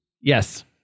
Yes